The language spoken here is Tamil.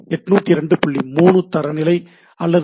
3 தரநிலை அல்லது X